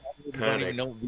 panic